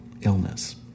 illness